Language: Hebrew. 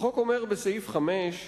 החוק אומר בסעיף 5: